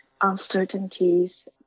uncertainties